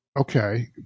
Okay